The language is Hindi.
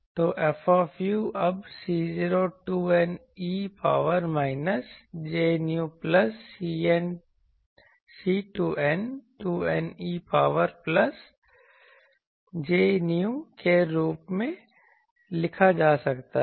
तो F अब C02N e power minus j Nu plus C2N2N e power plus j Nu के रूप में लिखा जा सकता है